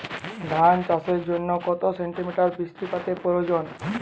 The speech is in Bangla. ধান চাষের জন্য কত সেন্টিমিটার বৃষ্টিপাতের প্রয়োজন?